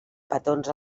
petons